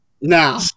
now